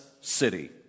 city